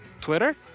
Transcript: Twitter